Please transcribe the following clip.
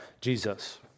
Jesus